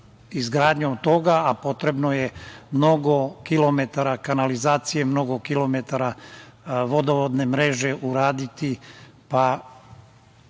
izgradnjom toga, a potrebno je mnogo kilometara kanalizacije, mnogo kilometara vodovodne mreže uraditi, pa